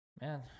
man